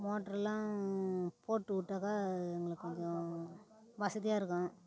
மோட்டருலாம் போட்டு விட்டாக்கா எங்களுக்கு கொஞ்சம் வசதியாக இருக்கும்